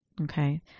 Okay